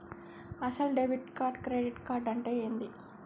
అసలు debit card credit card అంటే ఏంది?